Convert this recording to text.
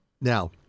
Now